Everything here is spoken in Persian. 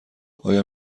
آیا